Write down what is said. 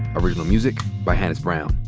original music by hannis brown.